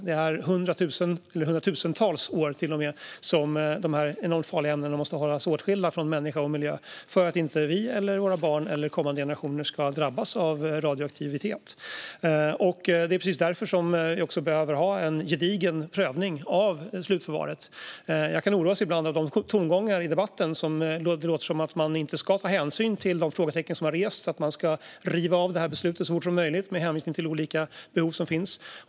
Det handlar om hundratusentals år som dessa enormt farliga ämnen måste hållas åtskilda från människa och miljö för att inte vi, våra barn eller kommande generationer ska drabbas av radioaktivitet. Det är också därför som vi behöver ha en gedigen prövning av slutförvaret. Jag kan ibland oroas av de tongångar i debatten som låter som att man inte ska ta hänsyn till de frågetecken som har rests och att man ska riva av det här beslutet så fort som möjligt med hänvisning till olika behov som finns.